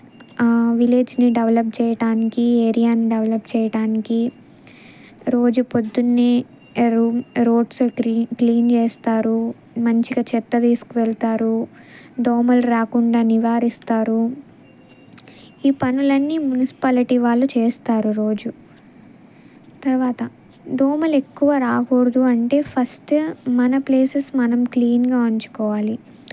విలేజ్ని develop చేయడానికి ఏరియాని develop చేయడానికి రోజు ప్రొద్దున్నే ఏరోమ్ రోడ్స్ క్లీన్ చేస్తారు మంచిగా చెత్త వెసుకువెళ్తారు దోమలు రాకుండా నివారిస్తారు ఈ పనులన్నీ మున్సిపాలిటీ వాళ్ళు చేస్తారు రోజు తరువాత దోమలు ఎక్కువ రాకూడదు అంటే ఫస్ట్ మన ప్లేసెస్ మనం క్లీన్గా ఉంచుకోవాలి